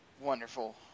wonderful